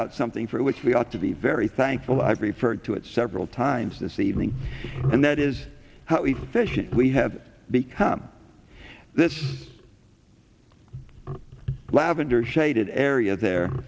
out something for which we ought to be very thankful i prefer to it several times this evening and that is how efficient we have become this lavender shaded area there